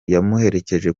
yamuherekeje